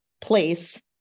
place